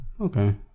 Okay